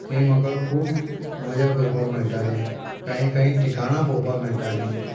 थंय म्हाका खूब मजा करपाक मेळटाली कांय कांय ठिकाणां पळोवपाक मेळटालीं